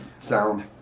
Sound